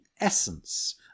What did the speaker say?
essence